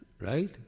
right